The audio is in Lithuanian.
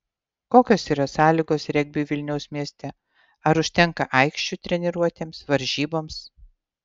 kokios yra sąlygos regbiui vilniaus mieste ar užtenka aikščių treniruotėms varžyboms